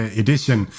edition